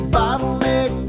bottleneck